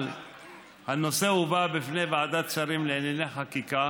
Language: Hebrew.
אבל הנושא הובא בפני ועדת שרים לענייני חקיקה,